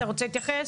אתה רוצה להתייחס?